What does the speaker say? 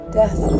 death